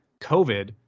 COVID